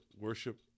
worship